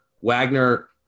Wagner